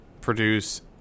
produce